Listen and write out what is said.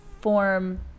form